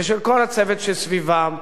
ושל כל הצוות שסביבם,